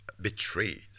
betrayed